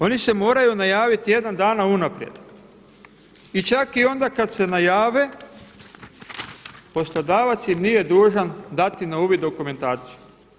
Oni se moraju javiti tjedan dana unaprijed i čak i onda kada se najave poslodavac im nije dužan dati na uvid dokumentaciju.